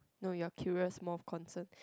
no you are curious more concern